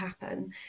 happen